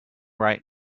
right